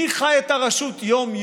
מי חי את הרשות יום-יום?